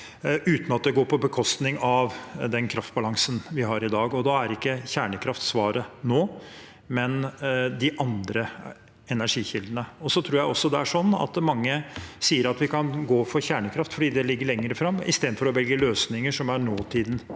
uten at det går på bekostning av den kraftbalansen vi har i dag. Da er ikke kjernekraft svaret nå, men de andre energikildene. Jeg tror også det er slik at mange sier vi kan gå for kjernekraft fordi det ligger lenger fram, istedenfor å velge løsninger som er nåtidens